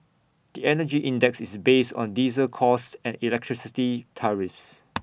the Energy Index is based on diesel costs and electricity tariffs